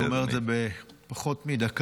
אני גומר את זה בפחות מדקה.